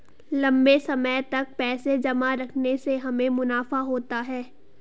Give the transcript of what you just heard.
लंबे समय तक पैसे जमा रखने से हमें मुनाफा होता है